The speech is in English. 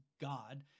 God